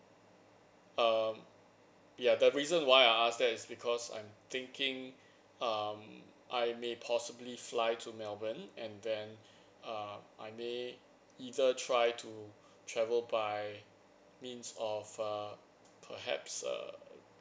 um ya the reason why I ask that is because I'm thinking um I may possibly fly to melbourne and then uh I may either try to travel by means of uh perhaps err